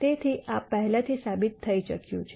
તેથી આ પહેલાથી સાબિત થઈ ચૂક્યું છે